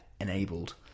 enabled